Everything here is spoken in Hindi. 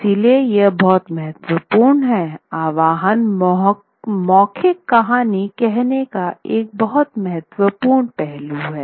इसलिए यह बहुत महत्वपूर्ण है आह्वान मौखिक कहानी कहने का एक बहुत महत्वपूर्ण पहलू है